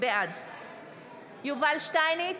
בעד יובל שטייניץ,